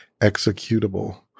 executable